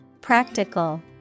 Practical